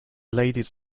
ladies